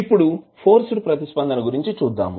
ఇప్పుడు ఫోర్స్డ్ ప్రతిస్పందన గురించి చూద్దాం